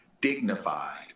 dignified